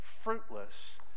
fruitless